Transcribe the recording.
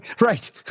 Right